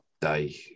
day